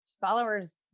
followers